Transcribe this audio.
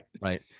Right